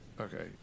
Okay